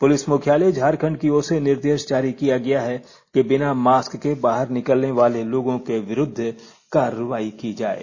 police मुख्यालय झारखंड की ओर से निर्देश जारी किया गया है कि बिना मास्क के बाहर निकलने वाले लोगों के विरूद्व कार्रवाई की जाये